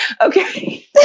Okay